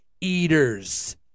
eaters